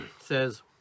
says